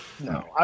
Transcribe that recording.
No